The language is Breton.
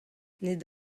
ned